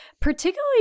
particularly